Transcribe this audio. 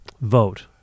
vote